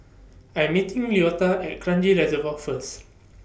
I'm meeting Leota At Kranji Reservoir First